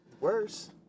worse